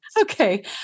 Okay